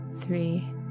three